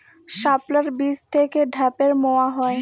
শাপলার বীজ থেকে ঢ্যাপের মোয়া হয়?